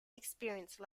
experience